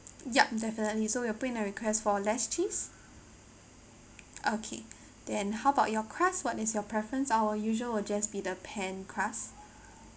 yup definitely so you're put in a request for less cheese okay then how about your crust what is your preference our usual will just be the pan crust